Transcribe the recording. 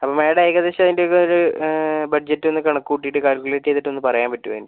അപ്പം മേഡം ഏകദേശം അതിൻ്റെ ഒക്കെ ഒരു ബജറ്റ് ഒന്ന് കണക്ക് കൂട്ടീട്ട് കാൽക്കുലേറ്റ് ചെയ്തിട്ട് ഒന്ന് പറയാൻ പറ്റുമോ അതിൻ്റെ